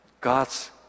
God's